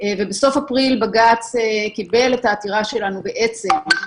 ובסוף אפריל בג"ץ קיבל את העתירה שלנו בעצם.